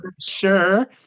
sure